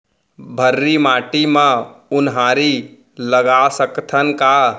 भर्री माटी म उनहारी लगा सकथन का?